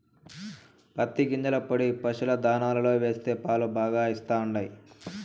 పత్తి గింజల పొడి పశుల దాణాలో వేస్తే పాలు బాగా ఇస్తండాయి